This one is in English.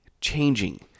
changing